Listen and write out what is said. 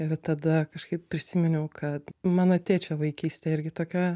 ir tada kažkaip prisiminiau kad mano tėčio vaikystė irgi tokia